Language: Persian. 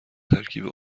ترکیب